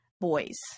boys